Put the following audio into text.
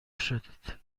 شدید